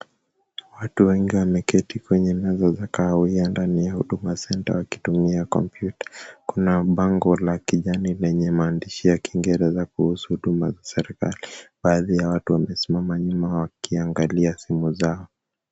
Watu wengi wameketi kwenye meza za kahawia ndani ya Huduma Centre wakitumia kompyuta. Kuna bango la kijani lenye maandishi ya kingereza kuhusu huduma za serikali. Baadhi ya watu wamesimama nyuma wakiangalia simu zao.